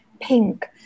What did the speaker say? pink